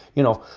you know,